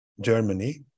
Germany